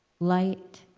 light?